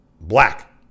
Black